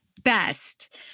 Best